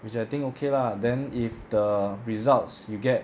which I think okay lah then if the results you get